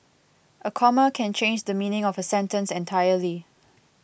a comma can change the meaning of a sentence entirely